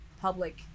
public